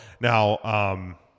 Now